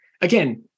Again